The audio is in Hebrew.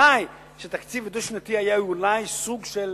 שתקציב דו-שנתי היה אולי סוג של